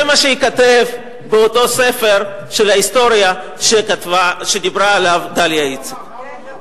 זה מה שייכתב באותו ספר היסטוריה שדיברה עליו דליה איציק.